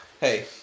Hey